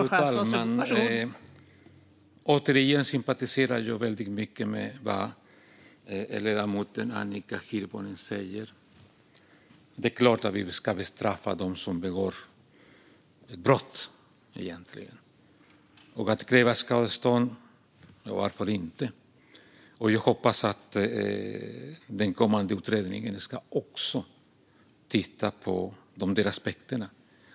Fru talman! Återigen: Jag sympatiserar väldigt mycket med vad ledamoten Annika Hirvonen säger. Det är klart att vi ska bestraffa dem som begår brott, och varför inte kräva skadestånd? Jag hoppas att den kommande utredningen också tittar på dessa aspekter.